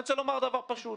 אני רוצה לומר דבר פשוט,